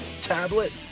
tablet